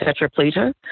tetraplegia